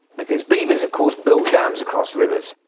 because beavers, of course, build dams across rivers.